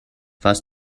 warst